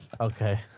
Okay